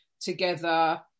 together